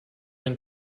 and